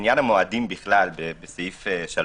עניין המועדים בכלל בסעיף 3